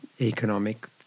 economic